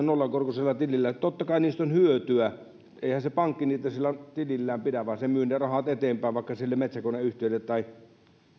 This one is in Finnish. nollakorkoisella tilillä niin totta kai niistä on hyötyä eihän se pankki niitä siellä tilillään pidä vaan se myy ne rahat eteenpäin vaikka sille metsäkoneyhtiölle tai